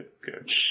Good